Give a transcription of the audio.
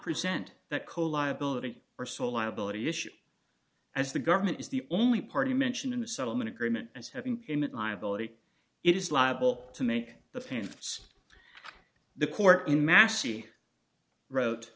present that coal liability or so liability issues as the government is the only party mentioned in the settlement agreement as having payment liability it is liable to make the payments the court in massey wrote